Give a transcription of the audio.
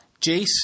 Jace